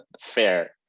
fair